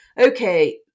okay